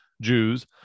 Jews